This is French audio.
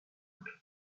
toutes